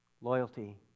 Loyalty